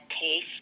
taste